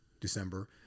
December